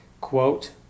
quote